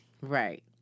Right